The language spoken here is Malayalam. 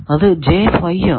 അത് ആണ്